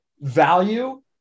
value